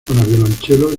violonchelo